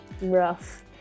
Rough